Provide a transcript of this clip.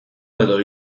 edo